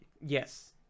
Yes